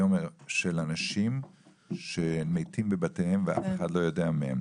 היום של אנשים שמתים בבתיהם ואף אחד לא יודע מהם.